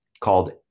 called